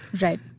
Right